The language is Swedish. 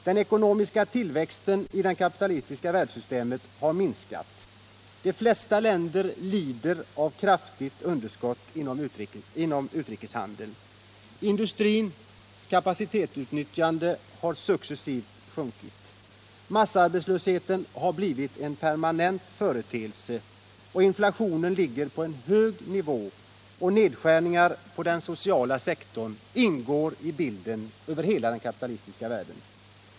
Den ekonomiska tillväxten i det kapitalistiska världssystemet har minskat, de flesta länder lider av ett kraftigt underskott inom utrikeshandeln, industrins kapacitetsutnyttjande har successivt sjunkit, massarbetslösheten har blivit en permanent företeelse och inflationen ligger på en hög nivå. Nedskärningar inom den sociala sektorn hör också till bilden i hela den kapitalistiska världen.